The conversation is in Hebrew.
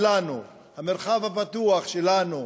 שלנו, המרחב הפתוח שלנו,